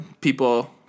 people